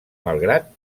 malgrat